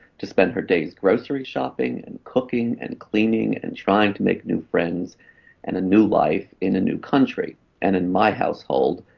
to spend her days grocery shopping, and cooking, and cleaning and trying to make new friends and a new life in a new country and in my household,